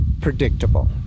predictable